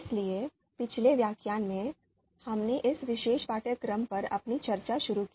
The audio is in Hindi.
इसलिए पिछले व्याख्यान में हमने इस विशेष पाठ्यक्रम पर अपनी चर्चा शुरू की